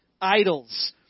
idols